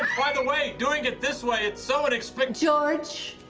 the way, doing it this way. it's so inexpen george.